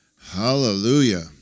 Hallelujah